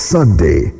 Sunday